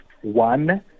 One